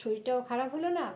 শরীরটাও খারাপ হল না